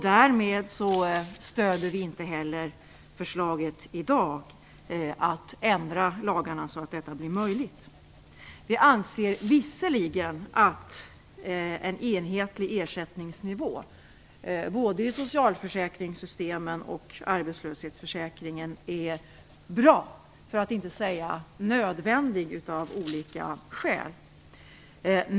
Därmed stöder vi inte heller förslaget i dag att ändra lagarna så att detta blir möjligt. Vi anser visserligen att en enhetlig ersättningsnivå, både i socialförsäkringssystemen och i arbetslöshetsförsäkringen, är bra, för att inte säga nödvändig av olika skäl.